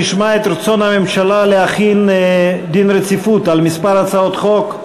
נשמע את רצון הממשלה להחיל דין רציפות על כמה הצעות חוק.